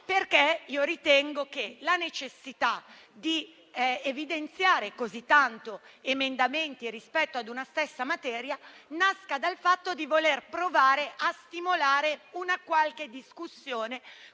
perché io ritengo che la necessità di evidenziare così tanto emendamenti rispetto ad una stessa materia nasca dal fatto di voler provare a stimolare una qualche discussione